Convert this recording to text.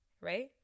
right